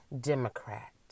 Democrat